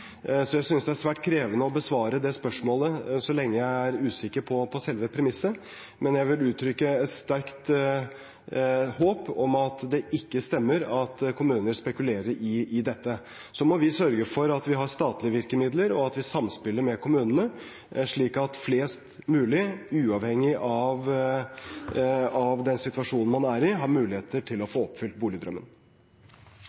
Jeg synes det er svært krevende å besvare det spørsmålet så lenge jeg er usikker på selve premisset, men jeg vil uttrykke et sterkt håp om at det ikke stemmer at kommuner spekulerer i dette. Så må vi sørge for at vi har statlige virkemidler, og at vi samspiller med kommunene, slik at flest mulig, uavhengig av den situasjonen man er i, har muligheter til å